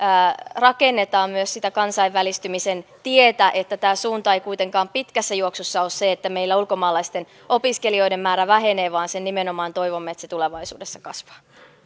rakennetaan myös sitä kansainvälistymisen tietä että tämä suunta ei kuitenkaan pitkässä juoksussa ole se että meillä ulkomaalaisten opiskelijoiden määrä vähenee vaan nimenomaan toivomme että se tulevaisuudessa kasvaa